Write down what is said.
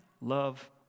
love